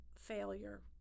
failure